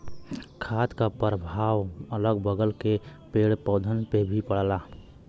खाद क परभाव अगल बगल के पेड़ पौधन पे भी पड़ला